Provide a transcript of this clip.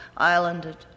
islanded